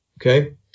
Okay